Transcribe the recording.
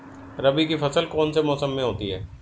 रबी की फसल कौन से मौसम में होती है?